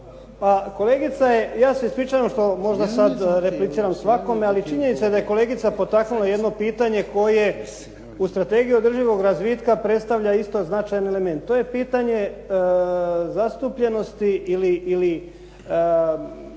ja se ispričavam što možda sad repliciram svakome, ali činjenica je da je kolegica potaknula jedno pitanje koje u strategiji održivog razvitka predstavlja isto značajan element. To je pitanje zastupljenosti ili